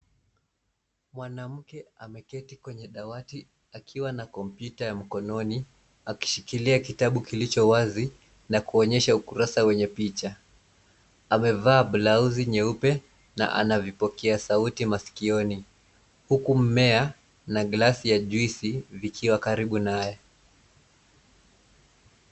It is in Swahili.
Mwanamke ameketi kwenye dawati akiwa na kompyuta ya mkononi akishikilia kitabu kilicho wazi na kuonyesha ukurasa wenye picha. Amevaa blauzi nyeupe na ana vipokea sauti masikioni huku mmea na glasi ya juisi vikiwa karibu naye.